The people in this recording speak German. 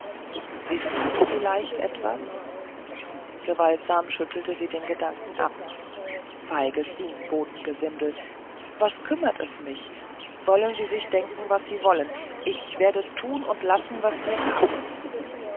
wissen sie vielleicht etwas gewaltsam schüttelte sie den gedanken ab feiges dienstbotengesindel was kümmert es mich sollen sie sich denken was sie wollen ich werde tun und lassen was mir paßt